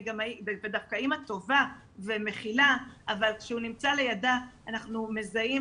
ודווקא אימא טובה ומכילה אבל כשהוא נמצא לידה אנחנו מזהים